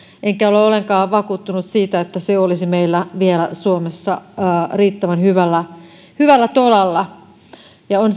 enkä ole ollenkaan vakuuttunut siitä että se olisi meillä suomessa vielä riittävän hyvällä hyvällä tolalla on